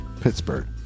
Pittsburgh